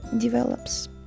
develops